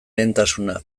lehentasuna